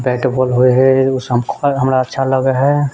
bat ball होय हय हमरा अच्छा लगैत हय